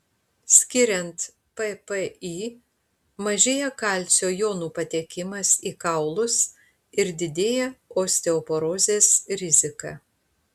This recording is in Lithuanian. skiriant ppi mažėja kalcio jonų patekimas į kaulus ir didėja osteoporozės rizika